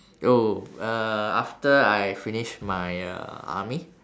oh uh after I finish my uh army